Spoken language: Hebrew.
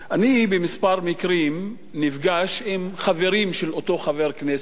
אני בכמה מקרים נפגש עם חברים של אותו חבר כנסת,